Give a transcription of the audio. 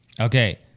Okay